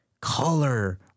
color